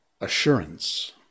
assurance